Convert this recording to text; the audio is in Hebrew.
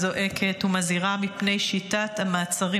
זועקת ומזהירה מפני שיטת המעצרים